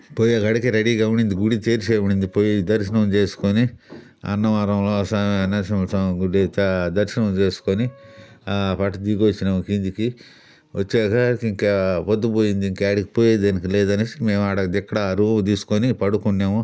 పోయేకాడికి రెడీగా ఉనింది గుడి తెరిచే ఉనింది పోయి దర్శనం చేసుకుని అన్నవరంలో నరసింహ నరసింహ స్వామి దర్శనం చేసుకొని పట్టు దిగి వచ్చినాము కిందికి వచ్చేకాడికి ఇంకా పొద్దుపోయింది ఇంకా యేడికి పోయేదానికి లేదనేసి మేము అడ దగ్గర రూమ్ తీసుకొని పడుకున్నాము